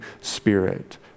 Spirit